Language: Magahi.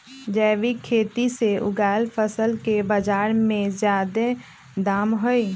जैविक खेती से उगायल फसल के बाजार में जादे दाम हई